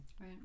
Right